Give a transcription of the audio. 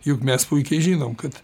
juk mes puikiai žinom kad